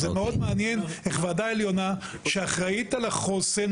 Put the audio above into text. זה מאוד מעניין איך ועדה עליונה שאחראית על החוסן